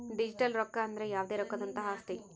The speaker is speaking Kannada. ಡಿಜಿಟಲ್ ರೊಕ್ಕ ಅಂದ್ರ ಯಾವ್ದೇ ರೊಕ್ಕದಂತಹ ಆಸ್ತಿ